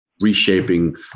reshaping